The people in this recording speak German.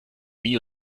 nie